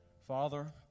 Father